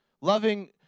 Loving